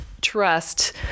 trust